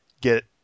get